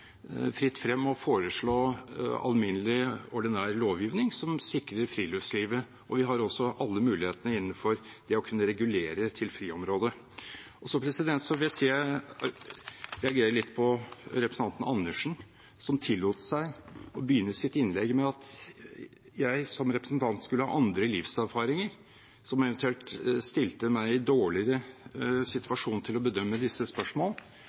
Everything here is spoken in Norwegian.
fritt frem å foreslå alminnelig, ordinær lovgivning som sikrer friluftslivet. Vi har også alle muligheter innenfor det å kunne regulere til friområde. Så vil jeg si at jeg reagerer litt på representanten Karin Andersen, som tillot seg å begynne sitt innlegg med at jeg som representant skulle ha andre livserfaringer, som eventuelt stilte meg i en dårligere situasjon til å bedømme disse